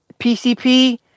PCP